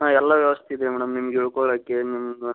ಹಾಂ ಎಲ್ಲ ವ್ಯವಸ್ಥೆ ಇದೆ ಮೇಡಮ್ ನಿಮ್ಗೆ ಇಳ್ಕೋಳ್ಳೋಕ್ಕೆ ನಿಮ್ಗೆ